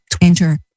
Enter